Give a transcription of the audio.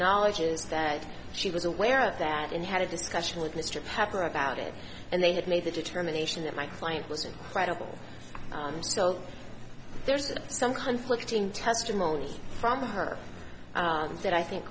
acknowledges that she was aware of that in had a discussion with mr pepper about it and they had made the determination that my client was incredible i'm so there's some conflicting testimony from her that i think